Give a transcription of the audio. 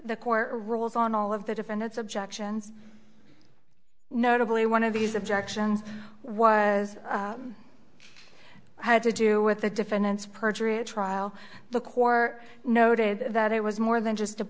the court rules on all of the defendant's objections notably one of these objections was had to do with the defendant's perjury trial the core noted that it was more than just a